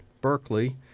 Berkeley